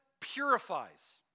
purifies